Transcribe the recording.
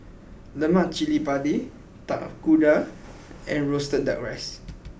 Lemak Cili Padi Tapak Kuda and Roasted Duck Rice